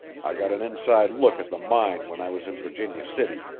i got an inside look at the mine when i was in virginia city.